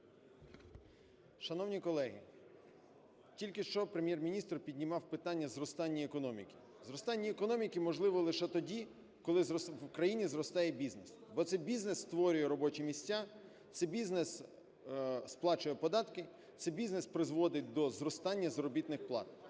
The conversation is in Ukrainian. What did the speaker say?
Шановні колеги, тільки що Прем'єр-міністр піднімав питання зростання економіки. Зростання економіки можливо лише тоді, коли в країні зростає бізнес, бо це бізнес створює робочі місця, це бізнес сплачує податки, це бізнес призводить до зростання заробітних плат.